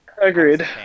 Agreed